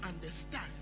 understand